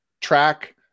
track